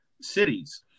cities